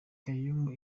kaymu